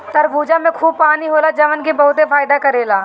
तरबूजा में खूब पानी होला जवन की बहुते फायदा करेला